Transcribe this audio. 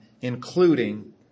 including